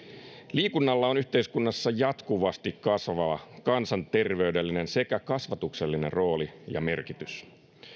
liikunnalla on yhteiskunnassa jatkuvasti kasvava kansanterveydellinen sekä kasvatuksellinen rooli ja merkitys